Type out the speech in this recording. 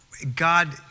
God